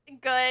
good